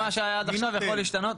מה שהיה עד עכשיו יכול להשתנות?